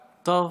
טוב.